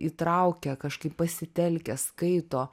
įtraukia kažkaip pasitelkę skaito